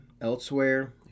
elsewhere